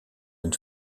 une